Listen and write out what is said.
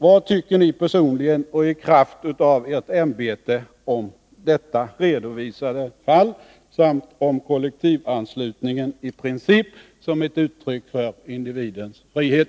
Vad tycker ni personligen och i kraft av ert ämbete om detta redovisade fall och om kollektivanslutningen i princip som ett uttryck för individens frihet?